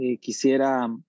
quisiera